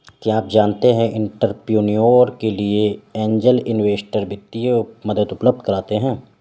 क्या आप जानते है एंटरप्रेन्योर के लिए ऐंजल इन्वेस्टर वित्तीय मदद उपलब्ध कराते हैं?